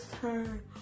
turn